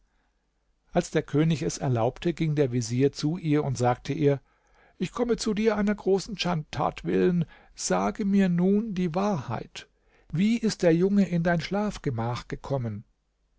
als der könig es erlaubte ging der vezier zu ihr und sagte ihr ich komme zu dir einer großen schandtat willen sage mir nun die wahrheit wie ist der junge in dein schlafgemach gekommen